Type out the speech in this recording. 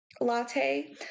latte